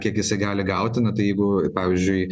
kiek jisai gali gauti na tai jeigu pavyzdžiui